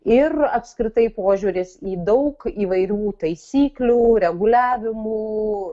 ir apskritai požiūris į daug įvairių taisyklių reguliavimų